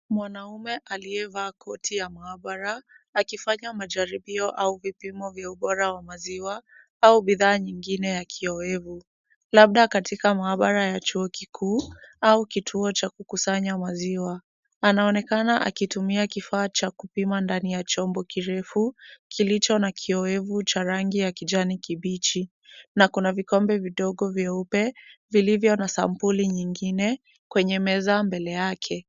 Mwanaume aliyevaa koti ya maabara, akifanya majaribio au vipimo vya ubora wa maziwa au bidhaa nyingine ya kioevu, labda katika maabara ya chuo kikuu au kituo cha kukusanya maziwa, anaonekana akitumia kifaa cha kupima ndani ya chombo kirefu, kilicho na kioevu cha rangi ya kijani kibichi, na kuna vikombe vidogo vyeupe vilivyo na sampli nyingine kwenye meza mbele yake.